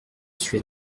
suis